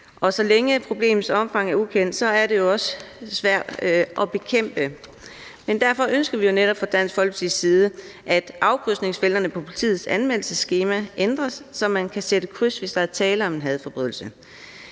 og så længe problemets omfang er ukendt, er det også svært at bekæmpe. Derfor ønsker vi netop fra Dansk Folkepartis side, at afkrydsningsfelterne på politiets anmeldelsesskema ændres, så man kan sætte kryds, hvis der er tale om en anmeldelse